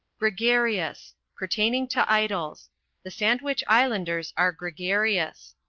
gregarious pertaining to idols the sandwich-islanders are gregarious.